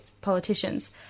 politicians